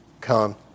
come